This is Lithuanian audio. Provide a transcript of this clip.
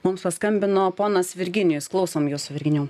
mums paskambino ponas virginijus klausom jūsų virginijau